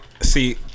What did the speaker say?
See